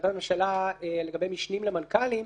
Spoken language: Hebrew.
החלטת ממשלה לגבי משנים למנכ"לים,